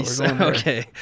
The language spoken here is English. okay